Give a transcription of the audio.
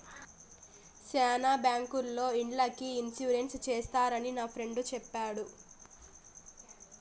శ్యానా బ్యాంకుల్లో ఇండ్లకి ఇన్సూరెన్స్ చేస్తారని నా ఫ్రెండు చెప్పాడు